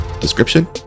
description